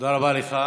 תודה רבה לך.